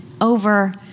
over